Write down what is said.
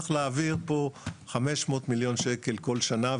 צריך להעביר פה 500 מיליון שקלים בכל שנה,